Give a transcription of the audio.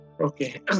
Okay